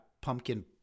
pumpkin